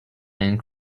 and